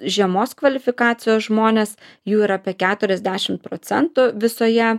žemos kvalifikacijos žmonės jų yra apie keturiasdešim procentų visoje